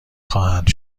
خواهند